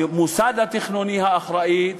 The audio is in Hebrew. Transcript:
המוסד התכנוני האחראי,